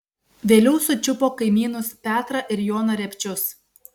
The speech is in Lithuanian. vėliau sučiupo kaimynus petrą ir joną repčius